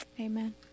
Amen